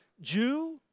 Jew